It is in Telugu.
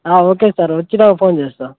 ఓకే సార్ వచ్చాక ఫోన్ చేస్తాను